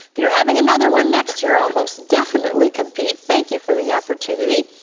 if you're having another one next year, i'll most definitely compete. thank you for the opportunity.